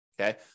Okay